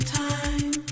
time